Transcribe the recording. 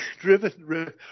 driven